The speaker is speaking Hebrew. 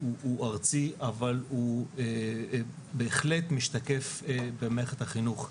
ארצי, אבל הוא בהחלט משתקף במערכת החינוך.